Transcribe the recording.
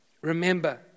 Remember